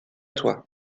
toi